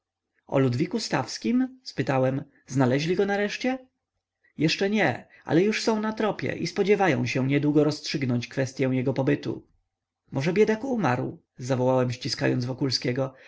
o ludwiku stawskim spytałem znaleźli go nareszcie jeszcze nie ale już są na tropie i spodziewają się niedługo rozstrzygnąć kwestyą jego pobytu może biedak umarł zawołałem ściskając wokulskiego